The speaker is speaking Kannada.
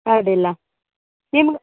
ಅಡ್ಡಿಲ್ಲ ನಿಮ್ಗೆ